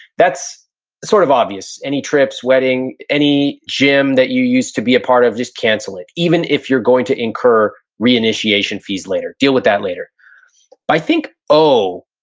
that's sort of obvious. any trips, wedding, any gym that you used to be a part of, just cancel it. even if you're going to incur re-initiation fees later, deal with that later i think o,